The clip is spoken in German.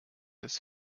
des